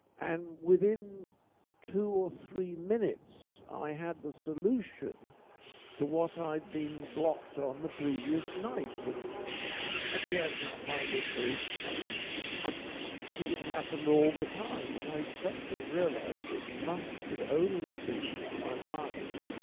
and within two or three minutes i had the solution to what i'd been blocked on the previous night. and i began to find this very strange because it happened all the time. and i suddenly realized it must could only be that my mind,